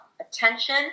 Attention